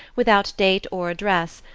without date or address,